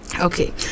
Okay